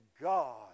God